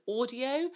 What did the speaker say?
audio